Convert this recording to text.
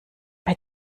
bei